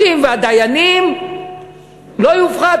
ושכר השופטים והדיינים לא יופחת,